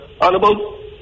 honorable